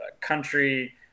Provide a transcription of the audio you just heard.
country